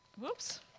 Whoops